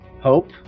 Hope